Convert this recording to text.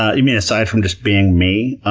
ah you mean aside from just being me? ah